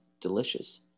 delicious